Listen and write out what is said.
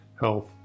health